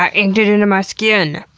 i inked it into my skin,